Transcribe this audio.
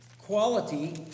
quality